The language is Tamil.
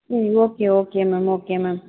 ம் okay okay ma'am okay ma'am